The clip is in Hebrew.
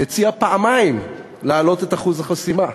הציע פעמיים להעלות את אחוז החסימה: